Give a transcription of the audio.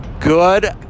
good